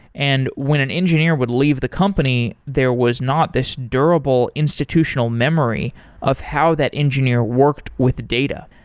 and when an engineer would leave the company, there was not this durable institutional memory of how that engineer worked with data.